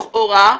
לכאורה,